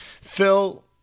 Phil